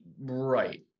right